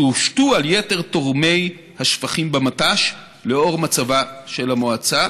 שהושתו על יתר תורמי השפכים במט"ש לאור מצבה של המועצה.